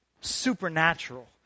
supernatural